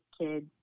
kids